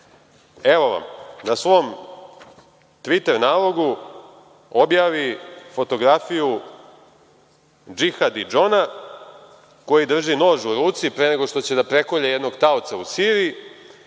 Evo vam, na svom „Tviter“ nalogu objavi fotografiju Džihadi Džona koji drži nož u ruci pre nego što će da prekolje jednog taoca u Siriji